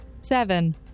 Seven